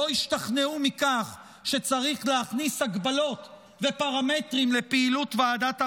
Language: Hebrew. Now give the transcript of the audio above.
לא השתכנעו מכך שצריך להכניס הגבלות ופרמטרים לפעילות ועדת הרבנים.